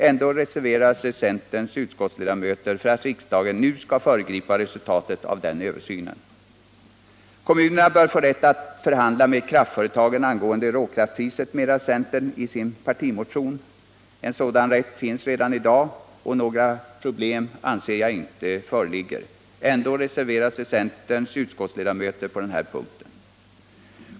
Ändå reserverar sig centerns utskottsledamöter för att riksdagen nu skall föregripa resultatet av den översynen. Kommunerna bör få rätt att förhandla med kraftföretagen angående råkraftspriset, menar centern i sin partimotion. En sådan rätt finns redan, och jag anser att det inte föreligger några problem. Ändå reserverar sig centerns utskottsledamöter på denna punkt.